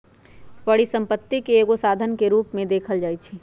परिसम्पत्ति के एगो साधन के रूप में देखल जाइछइ